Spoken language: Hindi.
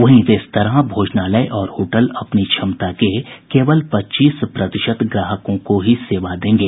वहीं रेस्तरां भोजनालय और होटल अपनी क्षमता के केवल पच्चीस प्रतिशत ग्राहकों को ही सेवा देंगे